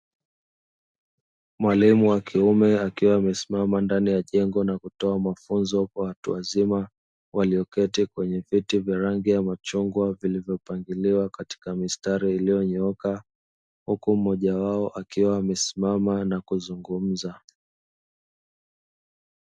Mwalimu wa kiume akiwa amesimama ndani ya jengo, na kutoa mafunzo kwa watu wazima walio keti kwenye viti vyenye rangi ya machungwa vilivyo pangiliwa katika mistari iliyonyooka, huku mmoja wao akiwa amesimama na kuzungumza.